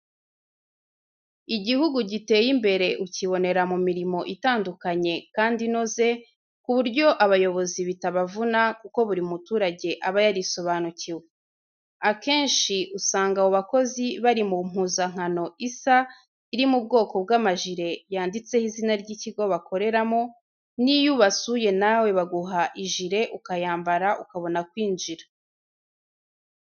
Igihugu giteye imbere ukibonera mu mirimo itandukanye, kandi inoze ku buryo abayobozi bitabavuna kuko buri muturage aba yarisobanukiwe. Akenshi usanga abo bakozi bari mu mpuzankano isa iri mu bwoko bw'amajire yanditseho izina ry'ikigo bakoreramo, n'iyo ubasuye nawe baguha ijire ukayambara ukabona kwinjira.